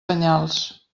penyals